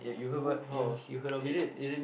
Book House is it is it